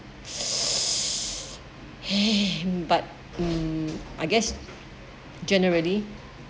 !hey! but um I guess generally